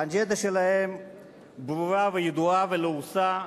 האג'נדה שלהם ברורה וידועה ולעוסה,